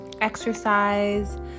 exercise